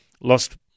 lost